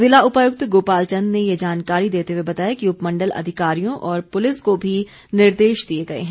ज़िला उपायुक्त गोपाल चंद ने ये जानकारी देते हुए बताया कि उपमण्डल अधिकारियों और पुलिस को भी निर्देश दिए गए हैं